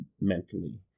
mentally